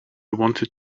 wanted